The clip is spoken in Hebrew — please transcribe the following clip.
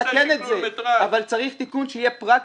צריך תיקון פרקטי.